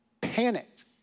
panicked